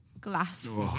glass